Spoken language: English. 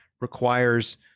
requires